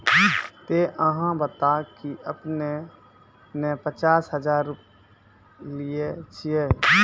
ते अहाँ बता की आपने ने पचास हजार रु लिए छिए?